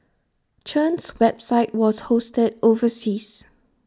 Chen's website was hosted overseas